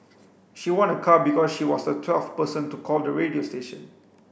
she won a car because she was the twelfth person to call the radio station